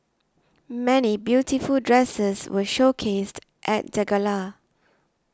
many beautiful dresses were showcased at the gala